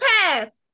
pass